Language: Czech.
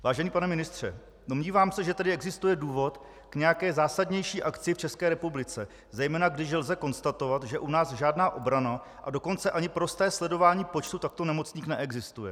Vážený pane ministře, domnívám se, že tady existuje důvod k nějaké zásadnější akci v České republice, zejména když lze konstatovat, že u nás žádná obrana, a dokonce ani prosté sledování počtu takto nemocných neexistuje.